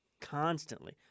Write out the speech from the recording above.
constantly